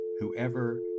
whoever